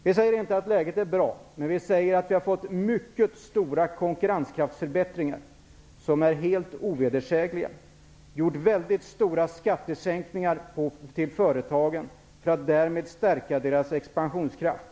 Vi säger inte att läget nu är bra, men vi har fått mycket stora konkurrenskraftsförbättringar, som är helt ovedersägliga. Vi har genomfört stora skattesänkningar för företagen för att därmed stärka deras expansionskraft.